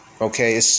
Okay